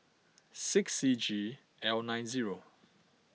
six C G L nine zero